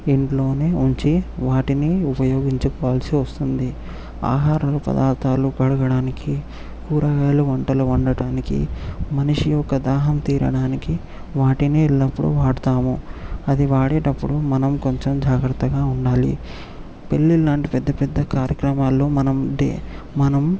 ఇంట్లోనే ఉంచి వాటిని ఉపయోగించుకోవాల్సి వస్తుంది ఆహారలు పదార్థాలు కడగడానికి కూరగాయలు వంటలు వండడానికి మనిషి యొక్క దాహం తీరడానికి వాటిని ఎల్లప్పుడూ వాడతాము అది వాడేటప్పుడు మనం కొంచెం జాగ్రత్తగా ఉండాలి పెళ్లిళ్లులాంటి పెద్ద పెద్ద కార్యక్రమాల్లో మనం ఉండే మనం